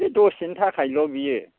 बे दसेनि थाखायल' बियो